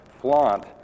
flaunt